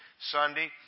Sunday